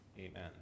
Amen